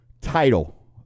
Title